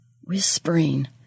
whispering